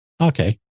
okay